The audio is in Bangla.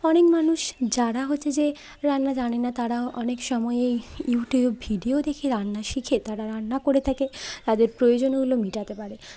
অনেক মানুষ যারা হচ্ছে যে রান্না জানে না তারাও অনেক সময় এই ইউটিউব ভিডিও দেখে রান্না শিখে তারা রান্না করে থাকে তাদের প্রয়োজনগুলো মেটাতে পারে